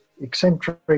eccentric